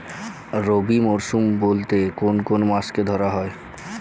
রবি মরশুম বলতে কোন কোন মাসকে ধরা হয়?